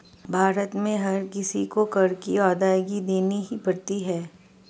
भारत में हर किसी को कर की अदायगी देनी ही पड़ती है